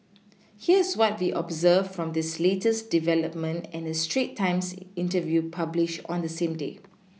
here's what we observed from this latest development and a Straits times interview published on the same day